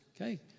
Okay